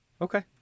Okay